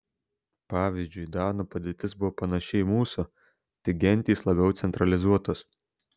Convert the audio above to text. pavyzdžiui danų padėtis buvo panaši į mūsų tik gentys labiau centralizuotos